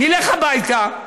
נלך הביתה,